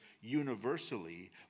universally